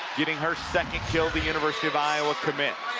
getting her second kill, the university of iowa commit.